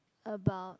about